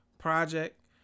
project